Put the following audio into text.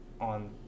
on